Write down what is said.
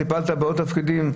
טיפלת בעוד תפקידים?